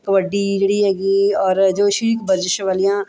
ਕਬੱਡੀ ਜਿਹੜੀ ਹੈਗੀ ਔਰ ਜੋਸ਼ੀ ਬਰਜਿਸ਼ ਵਾਲੀਆਂ